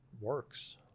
works